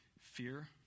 Fear